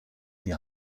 die